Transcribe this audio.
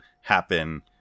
happen